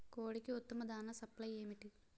కోడికి ఉత్తమ దాణ సప్లై ఏమిటి?